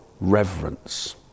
reverence